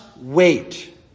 wait